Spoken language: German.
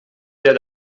der